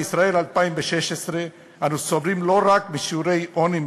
בישראל 2016 אנו סובלים לא רק משיעורי עוני מחפירים,